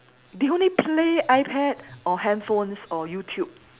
they only play iPad or handphones or YouTube